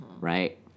Right